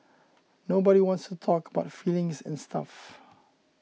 nobody wants to talk about feelings and stuff